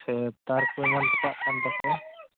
ᱥᱮ ᱛᱟᱨ ᱠᱚ ᱮᱢᱟᱱ ᱛᱚᱯᱟᱜ ᱟᱠᱟᱱ ᱛᱟᱯᱮ